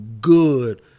good